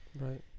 right